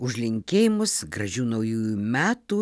už linkėjimus gražių naujųjų metų